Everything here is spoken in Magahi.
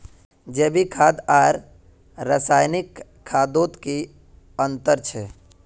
जैविक खाद आर रासायनिक खादोत की अंतर छे?